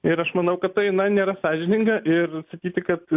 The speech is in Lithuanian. ir aš manau kad tai na nėra sąžininga ir sakyti kad